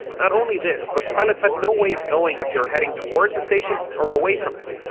not only this, but pilots had no way of knowing if they were heading toward a station, or away from it.